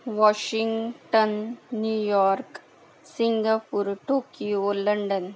Washington New York Singapore Tokyo London